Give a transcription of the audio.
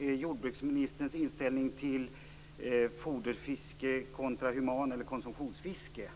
är jordbruksministerns inställning till foderfiske kontra konsumtionsfiske.